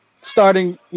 starting